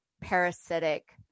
parasitic